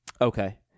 Okay